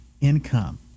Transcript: income